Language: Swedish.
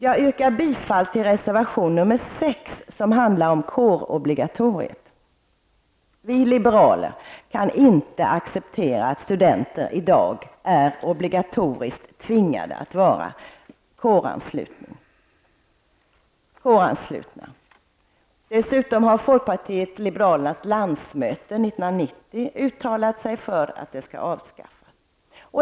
Jag yrkar bifall till reservation nr 6, som handlar om kårobligatoriet. Vi liberaler kan inte acceptera att studenter i dag är obligatoriskt tvingade att vara kåranslutna. Dessutom har folkpartiet liberalernas landsmöte 1990 uttalat sig för att obligatoriet skall avskaffas.